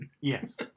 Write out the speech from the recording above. Yes